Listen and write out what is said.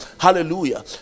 hallelujah